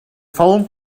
phone